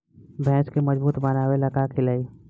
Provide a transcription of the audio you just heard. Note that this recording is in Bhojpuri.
भैंस के मजबूत बनावे ला का खिलाई?